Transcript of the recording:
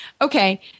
okay